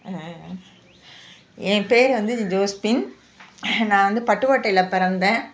என் பேர் வந்து ஜோஸ்பின் நான் வந்து பட்டுக்கோட்டையில் பிறந்தேன்